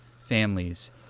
families